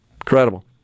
Incredible